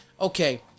okay